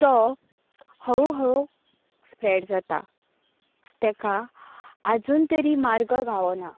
तो हळू हळू स्प्रेड जाता ताका आजून तरी मार्ग गावना